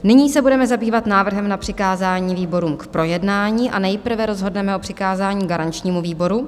Nyní se budeme zabývat návrhem na přikázání výborům k projednání a nejprve rozhodneme o přikázání garančnímu výboru.